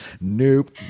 Nope